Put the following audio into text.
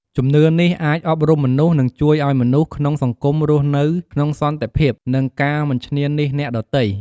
ជំនឿនេះអាចអប់រំមនុស្ស និងជួយឲ្យមនុស្សក្នុងសង្គមរស់នៅក្នុងសន្តិភាព និងការមិនឈ្នានីសអ្នកដទៃ។